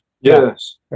Yes